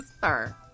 Sir